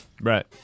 Right